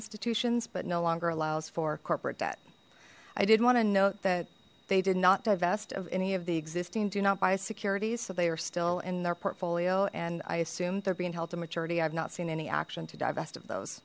institutions but no longer allows for corporate debt i did want to note that they did not divest of any of the existing do not buy securities so they are still in their portfolio and i assumed they're being held to maturity i've not seen any action to divest of those